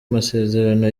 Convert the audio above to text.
masezerano